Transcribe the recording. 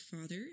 father